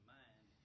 mind